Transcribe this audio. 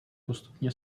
postupně